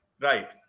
Right